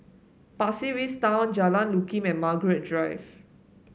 Pasir Ris Town Jalan Lakum and Margaret Drive